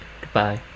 goodbye